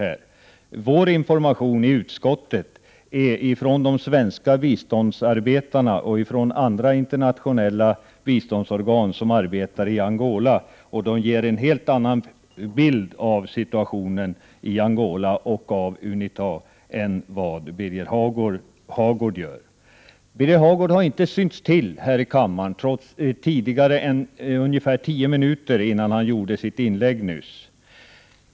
Utskottets information kommer från de svenska biståndsarbetarna och från internationella biståndsorgan som arbetar i Angola, och de ger en helt annan bild av situationen i Angola och av Unita än vad Birger Hagård gör. Birger Hagård har inte synts till i kammaren förrän ungefär tio minuter före sitt inlägg.